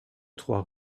trois